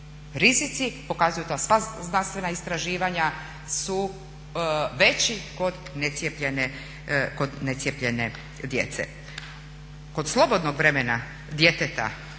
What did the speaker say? Rizici pokazuju to. Sva znanstvena istraživanja su veći kod necijepljene djece. Kod slobodnog vremena djeteta,